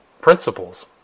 principles